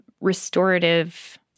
restorative